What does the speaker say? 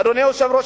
אדוני היושב-ראש,